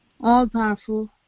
All-powerful